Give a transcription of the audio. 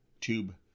tube